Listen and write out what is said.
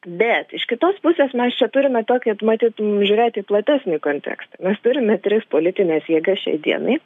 bet iš kitos pusės mes čia turime tokį matyt žiūrėti į platesnį kontekstą mes turime tris politines jėgas šiai dienai